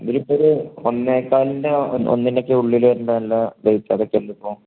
ഇതിൽ ഇപ്പം ഒരു ഒന്നേകാലിൻ്റെ ഒന്നിൻ്റെ ഒക്കെ ഉള്ളിൽ വരുന്ന നല്ല റേറ്റ് ഏതൊക്കെയാണ് ഉള്ളത് ഇപ്പോൾ